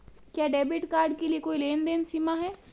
क्या debit card के लिए कोई लेनदेन सीमा है?